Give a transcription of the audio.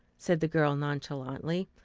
said the girl nonchalantly.